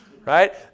right